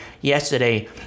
yesterday